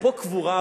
"פה קבור הכלב"?